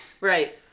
Right